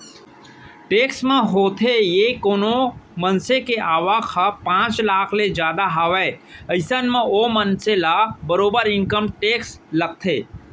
tax म होथे ये के कोनो मनसे के आवक ह पांच लाख ले जादा हावय अइसन म ओ मनसे ल बरोबर इनकम टेक्स लगथे